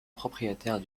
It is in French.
propriétaire